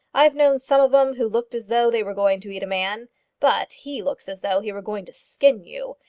i've known some of em who looked as though they were going to eat a man but he looks as though he were going to skin you,